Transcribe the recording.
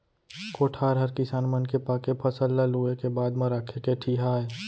कोठार हर किसान मन के पाके फसल ल लूए के बाद म राखे के ठिहा आय